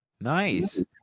Nice